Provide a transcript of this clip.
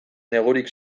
negurin